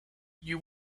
you